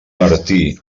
martí